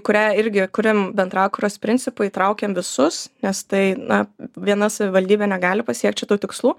kurią irgi kuriam bendrakuros principu įtraukėm visus nes tai na viena savivaldybė negali pasiekt šitų tikslų